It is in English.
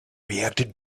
reacted